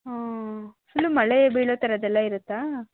ಹಾಂ ಫುಲ್ ಮಳೆ ಬಿಳೋತರದ್ದು ಎಲ್ಲ ಇರುತ್ತಾ